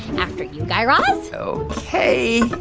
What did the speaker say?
after you, guy raz so ok